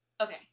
Okay